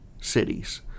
cities